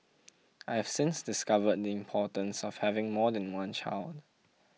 I have since discovered the importance of having more than one child